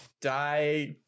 die